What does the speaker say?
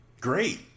great